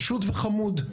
פשוט וחמוד,